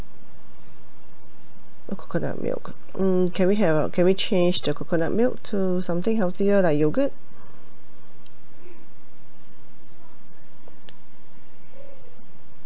oh coconut milk hmm can we have uh can we change the coconut milk to something healthier like yogurt